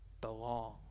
belong